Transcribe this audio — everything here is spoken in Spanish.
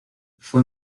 fue